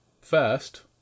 first